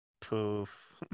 Poof